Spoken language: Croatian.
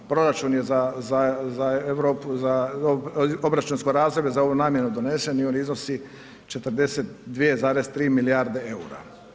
Proračun je za obračunsko razdoblje za ovu namjenu donesen i on iznosi 42,3 milijarde eura.